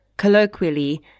Colloquially